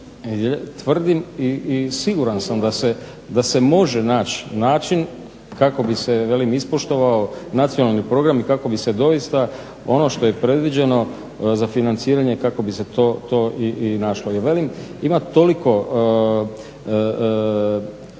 Tvrdim i siguran sam da se može naći način kako bi se ispoštovao nacionalni program i kako bi se doista ono što je predviđeno za financiranje kako bi se to i našlo. I velim